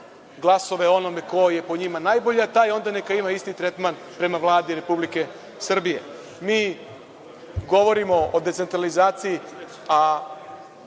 glasove onome ko je po njima najbolji, a taj onda neka ima isti tretman prema Vladi Republike Srbije. Mi govorimo o decentralizaciji, a